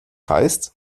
heißt